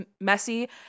messy